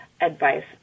advice